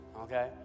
Okay